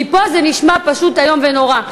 מפה זה נשמע פשוט איום ונורא.